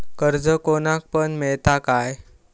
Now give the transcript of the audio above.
कर्ज कोणाक पण मेलता काय?